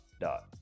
dot